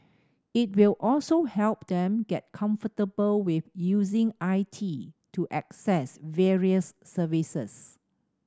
it will also help them get comfortable with using I T to access various services